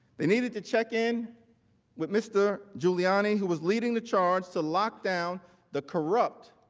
they needed to check in with mr. giuliani who was leading the charge to lockdown the corrupt